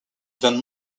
than